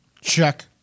Check